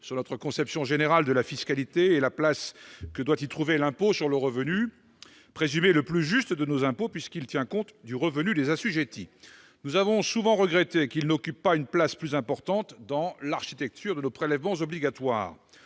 sur notre conception générale de la fiscalité et sur la place que doit y trouver l'impôt sur le revenu, qui est présumé le plus juste de nos impôts puisqu'il tient compte du revenu des assujettis. Nous avons souvent regretté qu'il n'occupe pas une place plus importante dans l'architecture de nos prélèvements obligatoires.